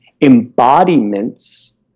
embodiments